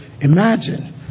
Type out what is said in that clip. Imagine